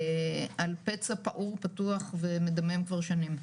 על פצע פעור פתוח ומדמם כבר שנים.